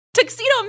Tuxedo